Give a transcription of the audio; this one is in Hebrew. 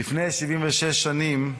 לפני 76 שנים,